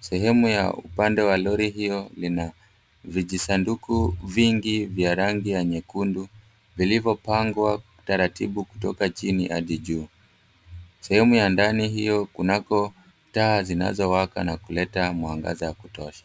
Sehemu ya upande wa lori hiyo lina vijisanduku vingi vya rangi ya nyekundu vilivyopangwa taratibu kutoka chini hadi juu. Sehemu ya ndani hiyo kunako taa zinazowaka na kuleta mwangaza wa kutosha.